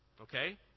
okay